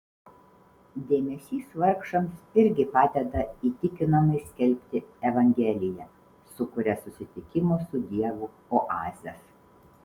dėmesys vargšams irgi padeda įtikinamai skelbti evangeliją sukuria susitikimo su dievu oazes